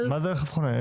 מה זה רכב חונה?